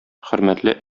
хөрмәтле